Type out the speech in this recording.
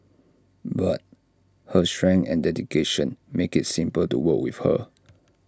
but her strength and dedication makes IT simple to work with her